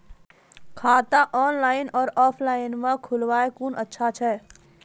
खाता ऑनलाइन और ऑफलाइन म खोलवाय कुन अच्छा छै?